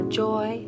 joy